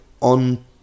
on